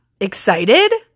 Excited